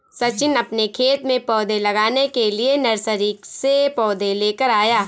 सचिन अपने खेत में पौधे लगाने के लिए नर्सरी से पौधे लेकर आया